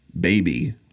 baby